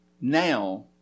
now